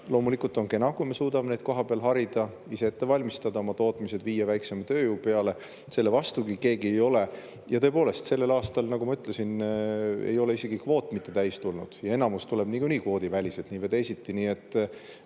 Loomulikult on kena, kui me suudame neid kohapeal harida ja ise ette valmistada või oma tootmise viia väiksema tööjõu peale. Selle vastu ei ole keegi. Ja tõepoolest, sellel aastal, nagu ma ütlesin, ei ole kvoot isegi mitte täis tulnud ja enamik tuleb kvoodiväliselt nii või teisiti.